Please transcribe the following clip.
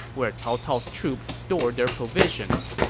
where cao cao's troops stored their provisions.